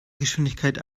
geschwindigkeit